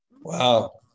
Wow